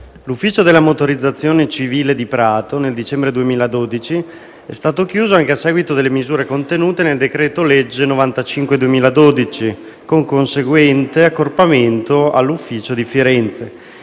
l'ufficio della motorizzazione civile (UMC) di Prato, nel dicembre 2012, è stato chiuso anche a seguito delle misure contenute nel decreto-legge n. 95 del 2012, con conseguente accorpamento all'UMC di Firenze.